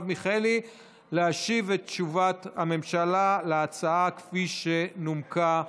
מיכאלי להשיב את תשובת הממשלה על ההצעה כפי שנומקה בעבר.